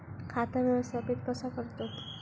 खाता व्यवस्थापित कसा करतत?